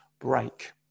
break